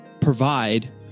provide